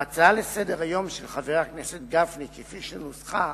ההצעה לסדר-היום של חבר הכנסת גפני, כפי שנוסחה,